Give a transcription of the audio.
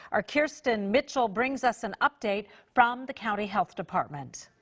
our kirsten mitchell brings us an update from the county health department.